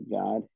God